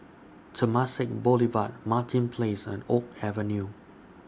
Temasek Boulevard Martin Place and Oak Avenue